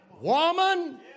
woman